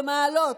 במעלות.